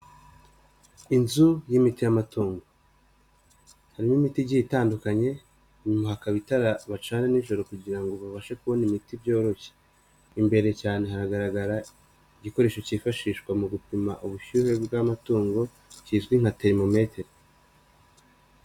inzu y'imitimatongo; harimo imiti igiye itandukanye, inyuma hakaba itara bacana nijoro kugira ngo babashe kubona imiti byoroshye, imbere cyane hagaragara igikoresho cyifashishwa mu gupima ubushyuhe bw'amatungo kizwi nka terimometa.